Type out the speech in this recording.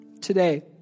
today